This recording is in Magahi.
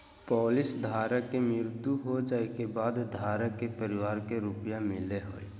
पॉलिसी धारक के मृत्यु हो जाइ के बाद धारक के परिवार के रुपया मिलेय हइ